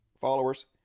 followers